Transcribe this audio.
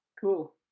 Cool